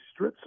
Stritzel